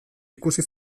ikusi